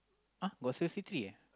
uh got sixty three eh